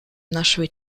нашего